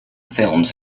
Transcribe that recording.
films